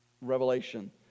Revelation